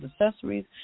accessories